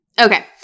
Okay